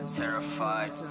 terrified